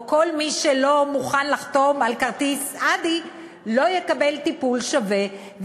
או כל מי שלא מוכן לחתום על כרטיס "אדי" לא יקבל טיפול שווה.